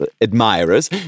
admirers